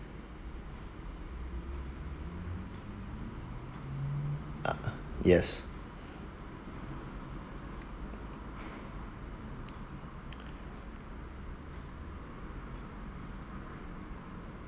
uh yes